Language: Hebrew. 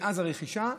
מאז הרכישה,